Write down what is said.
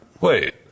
Wait